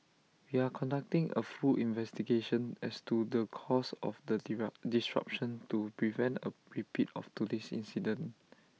we are conducting A full investigation as to the cause of the disruption to prevent A repeat of today's incident